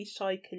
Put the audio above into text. recycling